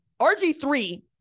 RG3